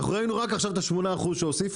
אנחנו ראינו רק עכשיו את ה-8% שהוסיפו.